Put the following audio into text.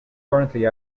currently